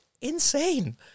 insane